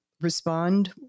respond